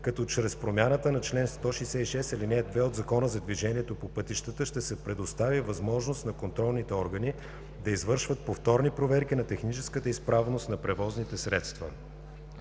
като чрез промяната на чл. 166, ал. 2 от Закона за движението по пътищата ще се предостави възможност на контролните органи да извършват повторни проверки на техническата изправност на превозните средства.